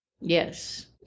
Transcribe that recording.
Yes